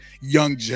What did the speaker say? young